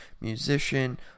musician